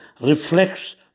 reflects